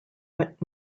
but